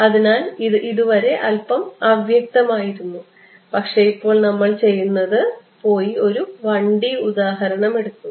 അതിനാൽ ഇത് ഇതുവരെ അൽപ്പം അവ്യക്തമായിരുന്നു പക്ഷേ ഇപ്പോൾ നമ്മൾ ചെയ്യുന്നത് പോയി ഒരു 1D ഉദാഹരണം എടുക്കുന്നു